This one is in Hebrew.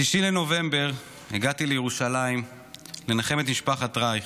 ב-6 בנובמבר הגעתי לירושלים לנחם את משפחת רייך.